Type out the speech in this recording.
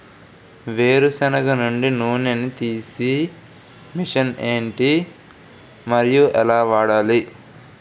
వేరు సెనగ నుండి నూనె నీ తీసే మెషిన్ ఏంటి? మరియు ఎలా వాడాలి?